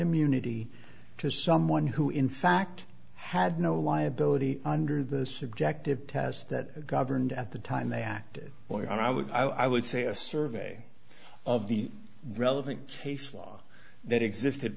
immunity to someone who in fact had no liability under the subjective test that governed at the time they acted or i would i would say a survey of the relevant case law that existed